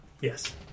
Yes